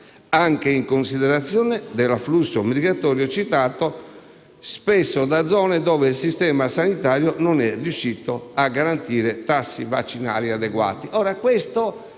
anche in considerazione dell'afflusso migratorio citato, spesso da zone dove il sistema sanitario non è riuscito a garantire tassi vaccinali adeguati».